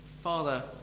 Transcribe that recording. Father